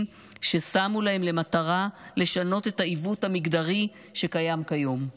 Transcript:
ששמו להם למטרה לשנות את העיוות המגדרי שקיים כיום.